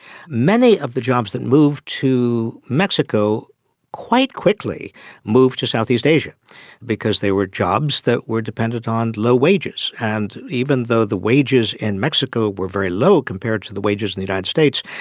many of the jobs that moved to mexico quite quickly moved to southeast asia because they were jobs that were dependent on low wages. and even though the wages in mexico were very low compared to the wages in the united states,